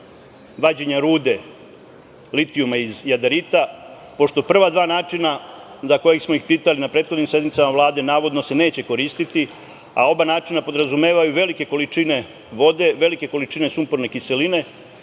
vađenja rude litijuma iz jadarita, pošto prva dva načina za koje smo ih pitali na prethodnim sednicama Vlade, navodno se neće koristiti, a oba načina podrazumevaju velike količine vode, velike količine sumporne kiseline